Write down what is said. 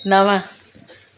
नव